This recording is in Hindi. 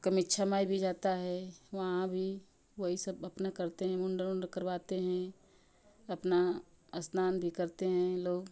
कमीक्षा माई भी जाता है वहां भी वही सब अपना करते हैं मुंडन वुंडन करवाते हैं अपना स्नान भी करते हैं लोग